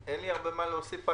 אין לי הרבה מה להוסיף,